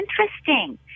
interesting